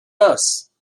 nurse